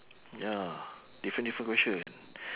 ya different different question